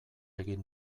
egin